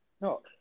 No